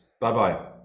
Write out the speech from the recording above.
Bye-bye